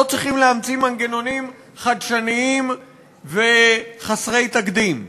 לא צריכים להמציא מנגנונים חדשניים וחסרי תקדים.